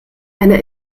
eine